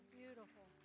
beautiful